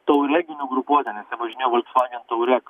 taureginių grupuotė nes jie važinėjo volksvagen taurek